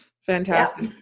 fantastic